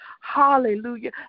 Hallelujah